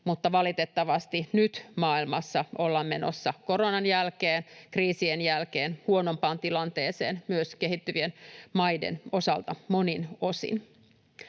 mutta valitettavasti nyt maailmassa ollaan menossa koronan jälkeen, kriisien jälkeen, huonompaan tilanteeseen myös kehittyvien maiden osalta monin osin.